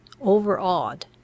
overawed